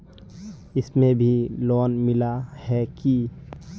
इसमें भी लोन मिला है की